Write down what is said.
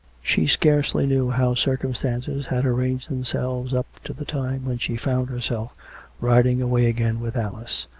she scarcely knew how circumstances had arranged them selves up to the time when she found herself riding away again with alice,